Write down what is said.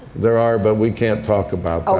there are, but we can't talk about